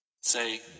Say